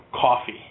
coffee